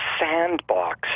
sandbox